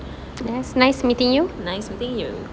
nice meeting you